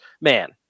Man